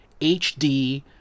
HD